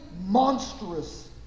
monstrous